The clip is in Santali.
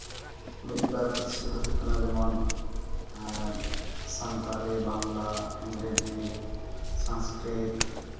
ᱢᱤᱫ ᱵᱟᱨ ᱯᱟᱹᱨᱥᱤ ᱠᱚᱫᱚ ᱦᱩᱭᱩᱜ ᱠᱟᱱᱟ ᱡᱮᱢᱚᱱ ᱥᱟᱱᱛᱟᱞᱤ ᱵᱟᱝᱞᱟ ᱤᱝᱨᱮᱡᱤ ᱥᱚᱱᱥᱠᱨᱤᱛ